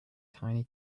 tiny